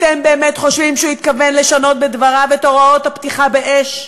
אתם באמת חושבים שהוא התכוון לשנות בדבריו את הוראות הפתיחה באש?